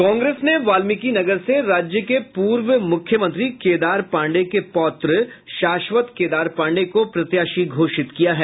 कांग्रेस ने वाल्मीकिनगर से राज्य के पूर्व मुख्यमंत्री केदार पाण्डेय के पौत्र शाश्वत केदार पाण्डेय को प्रत्याशी घोषित किया है